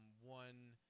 one